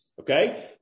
okay